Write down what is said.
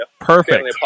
Perfect